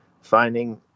finding